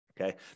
Okay